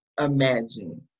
imagine